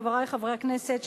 חברי חברי הכנסת,